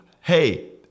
Hey